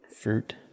Fruit